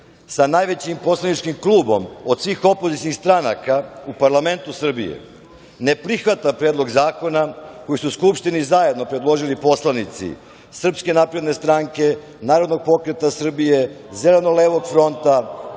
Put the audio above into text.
sa najvećim poslaničkih klubom od svih opozicionih stranaka u parlamentu Srbije, ne prihvata predlog zakona koji su Skupštini zajedno predložili poslanici SNS, Narodnog pokreta Srbije, Zeleno-levog fronta,